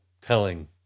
telling